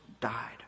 died